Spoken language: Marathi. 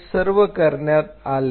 हे सर्व करण्यात आली